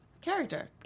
character